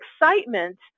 excitement